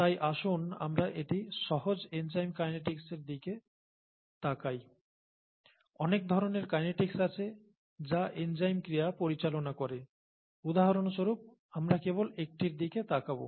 তাই আসুন আমরা একটি সহজ এনজাইম কাইনেটিক্সের দিকে তাকাই অনেক ধরনের কাইনেটিক্স আছে যা এনজাইম ক্রিয়া পরিচালনা করে উদাহরণস্বরূপ আমরা কেবল একটির দিকে তাকাব